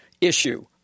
issue